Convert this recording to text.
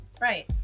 right